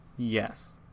yes